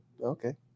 Okay